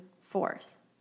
force